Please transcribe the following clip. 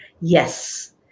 Yes